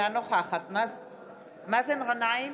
אינה נוכחת מאזן גנאים,